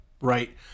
right